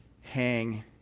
Hang